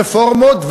רפורמות,